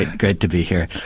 great to be here.